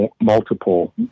multiple